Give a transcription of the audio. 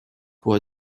pour